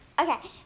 Okay